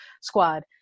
squad